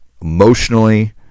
emotionally